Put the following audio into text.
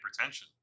hypertension